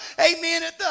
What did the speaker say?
Amen